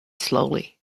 slowly